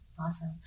Awesome